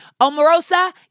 Omarosa